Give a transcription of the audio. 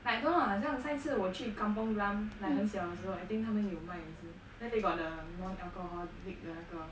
but I don't know ah 好像上一次我去 kampong glam like 很小的时候 I think 他们有卖也是 then they got the non alcoholic 的那个